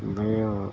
بھیڑ